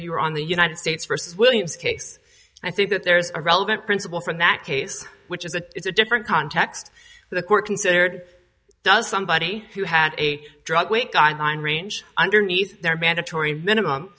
here on the united states versus williams case and i think that there's a relevant principle from that case which is a it's a different context the court considered does somebody who had a drug wait guideline range underneath there are mandatory minimum